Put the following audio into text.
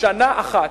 לשנה אחת.